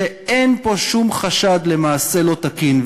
שאין פה שום חשד למעשה לא תקין,